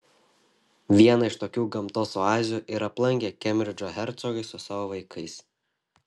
vieną iš tokių gamtos oazių ir aplankė kembridžo hercogai su savo vaikais